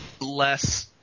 less